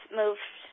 moved